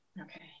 Okay